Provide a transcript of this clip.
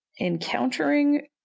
encountering